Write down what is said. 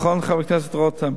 נכון, חבר הכנסת רותם?